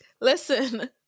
Listen